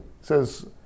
says